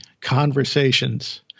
conversations